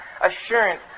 assurance